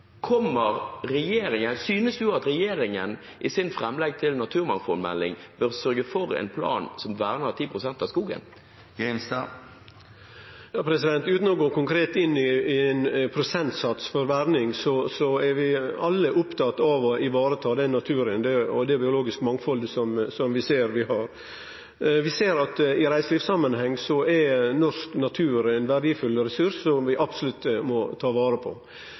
Synes representanten at regjeringen i sitt framlegg til en naturmangfoldmelding bør sørge for en plan som verner 10 pst. av skogen? Utan å gå konkret inn i ein prosentsats for verning vil eg seie at vi er alle opptekne av å ta vare på naturen og det biologiske mangfaldet som vi ser vi har. I reiselivssamanheng er norsk natur ein verdifull ressurs som vi absolutt må ta vare på.